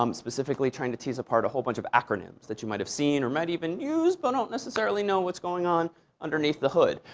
um specifically trying to tease apart a whole bunch of acronyms that you might have seen or might even use, but don't necessarily know what's going on underneath the hood.